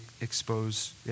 expose